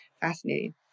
Fascinating